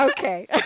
Okay